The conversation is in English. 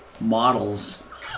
models